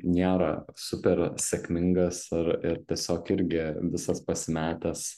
niera super sėkmingas ar ir tiesiog irgi visas pasimetęs